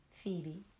Phoebe